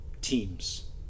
teams